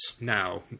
now